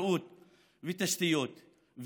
בריאות ותשתיות,